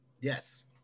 Yes